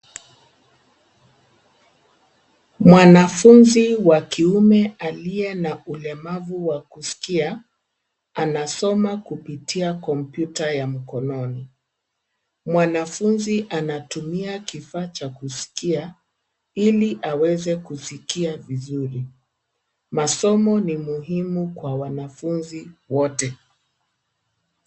Mwanafunzi wa kiume aliye na ulemavu wa kusikia, anasoma kupitia kompyuta ya mkononi. Mwanafunzi anatumia kifaa cha kusikia, ili aweze kusikia vizuri. Masomo ni muhimu kwa wanafunzi wote.